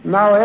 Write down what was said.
Now